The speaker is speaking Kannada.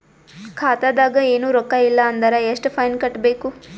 ಖಾತಾದಾಗ ಏನು ರೊಕ್ಕ ಇಲ್ಲ ಅಂದರ ಎಷ್ಟ ಫೈನ್ ಕಟ್ಟಬೇಕು?